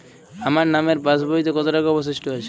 আমার নামের পাসবইতে কত টাকা অবশিষ্ট আছে?